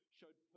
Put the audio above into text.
showed